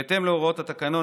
בהתאם להוראות התקנון,